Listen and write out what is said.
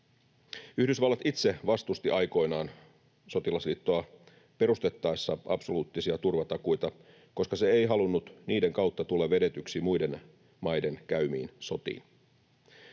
Yhdysvallat itse vastusti aikoinaan sotilasliittoa perustettaessa absoluuttisia turvatakuita, koska se ei halunnut niiden kautta tulla vedetyksi muiden maiden käymiin sotiin.